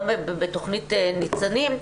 גם בתוכנית ניצנים,